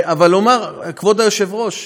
הוא אמר: כבוד היושב-ראש,